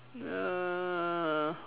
uh